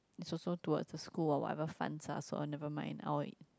also towards the school or whatever fund lah so nevermind I will